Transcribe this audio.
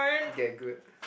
get good